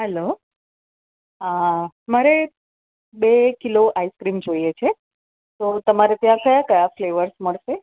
hello મારે બે kilo ice cream જોઈએ છે તો તમારે ત્યાં કયા કયા ફ્લેવરસ મળશે